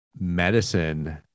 medicine